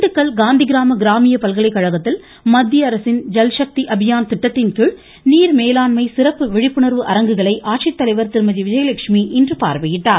திண்டுக்கல் காந்திகிராம கிராமிய பல்கலைக்கழகத்தில் மத்திய அரசின் ஜல்சக்தி அபியான் திட்டத்தின்கீழ் நீர்மேலாண்மை சிறப்பு விழிப்புணர்வு திருமதி விஜயலட்சுமி இன்று பார்வையிட்டார்